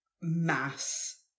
mass